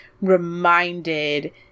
reminded